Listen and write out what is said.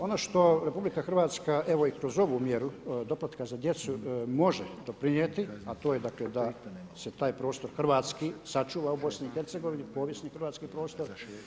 Ono što RH, evo i kroz ovu mjeru doplatka za djecu može doprinijeti, a to je da se taj prostor Hrvatski sačuva u BiH, povijesni hrvatski prostor.